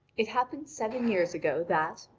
it happened seven years ago that,